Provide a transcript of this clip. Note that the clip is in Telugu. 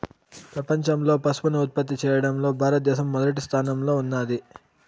ప్రపంచంలో పసుపును ఉత్పత్తి చేయడంలో భారత దేశం మొదటి స్థానంలో ఉన్నాది